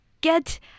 get